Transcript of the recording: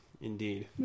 indeed